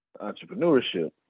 Entrepreneurship